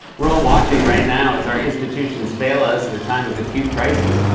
we're all watching right now as our institutions fail us in a time of acute crisis.